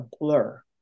blur